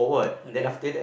and then